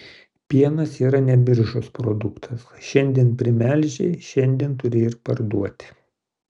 pienas yra ne biržos produktas šiandien primelžei šiandien turi ir parduoti